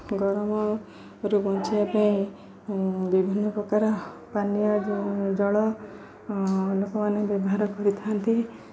ଗରମରୁ ବଞ୍ଚିବା ପାଇଁ ବିଭିନ୍ନ ପ୍ରକାର ପାନୀୟ ଜଳ ଲୋକମାନେ ବ୍ୟବହାର କରିଥାନ୍ତି